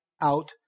out